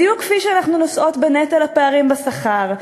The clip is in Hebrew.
בדיוק כפי שאנחנו נושאות בנטל הפערים בשכר,